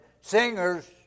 singers